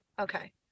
okay